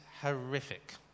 horrific